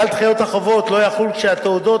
כלל דחיית החובות לא יחול כשתעודות